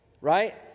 right